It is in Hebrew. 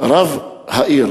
העיר